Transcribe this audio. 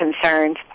concerns